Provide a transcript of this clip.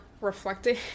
reflecting